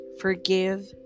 Forgive